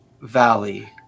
valley